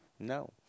No